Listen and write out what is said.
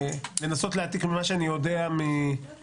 לנסות להעתיק ממה שאני יודע משופטים.